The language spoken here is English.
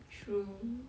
true